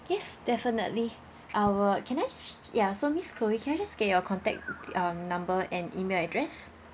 yes definitely our can I ya so miss chloe can I just get your contact um number and email address